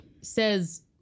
says